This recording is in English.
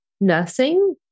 nursing